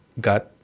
got